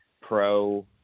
pro